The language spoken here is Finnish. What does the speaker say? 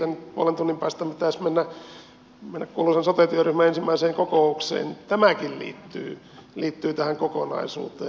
puolen tunnin päästä pitäisi mennä kuuluisan sote työryhmän ensimmäiseen kokoukseen tämäkin liittyy tähän kokonaisuuteen